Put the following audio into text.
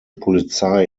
polizei